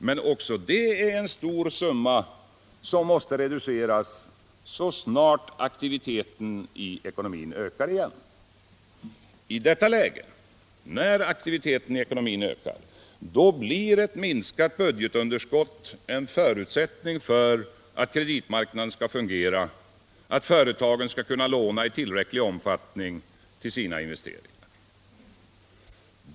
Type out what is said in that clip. Men också det är en stor summa som måste reduceras så snart aktiviteten i ekonomin ökar igen. I detta läge, när aktiviteten i ekonomin ökar, blir ett minskat budgetunderskott en förutsättning för att kreditmarknaden skall fungera och företagen kunna låna i tillräcklig omfattning till sina investeringar.